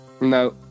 No